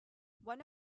one